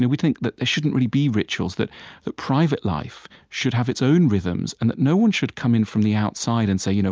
and we think that there shouldn't really be rituals, that that private life should have its own rhythms, and that no one should come in from the outside and say, you know